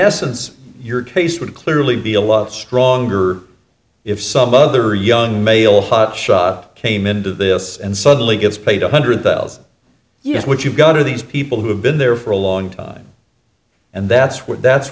essence your case would clearly be a lot stronger if some other young male hot shot came into this and suddenly gets paid one hundred thousand u s what you've got are these people who have been there for a long time and that's where that's